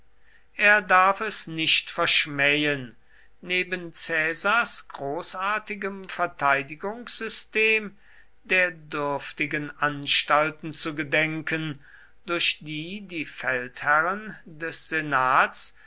er darf es nicht verschmähen neben caesars großartigem verteidigungssystem der dürftigen anstalten zu gedenken durch die die feldherren des senats